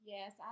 Yes